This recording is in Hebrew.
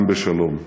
גם בשלום.